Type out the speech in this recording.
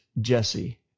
jesse